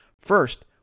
First